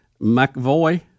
McVoy